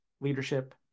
leadership